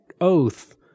oath